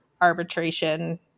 arbitration